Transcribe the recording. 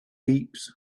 heaps